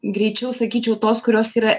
greičiau sakyčiau tos kurios yra